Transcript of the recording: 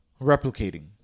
replicating